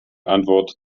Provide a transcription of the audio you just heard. antwort